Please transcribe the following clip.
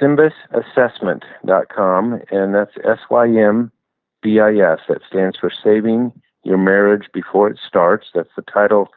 symbisassessment dot com. and that's why s y yeah m b i yeah s. that stands for saving your marriage before it starts. that's the title